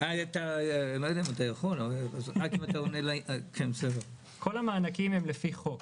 האלה הם לפי חוק.